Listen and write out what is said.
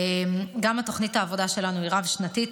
גם תוכנית העבודה שלנו היא רב-שנתית,